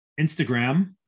Instagram